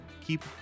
keep